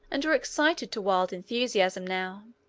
and were excited to wild enthusiasm now,